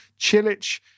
Chilich